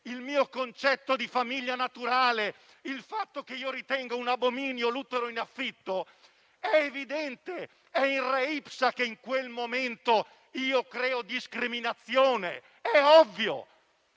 il mio concetto di famiglia naturale, il fatto che ritengo un abominio l'utero in affitto, è evidente, è *in* *re ipsa* che in quel momento creo discriminazione. È ovvio